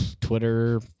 Twitter